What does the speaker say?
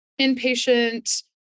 inpatient